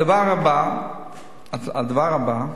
הדבר הבא: